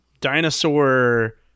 dinosaur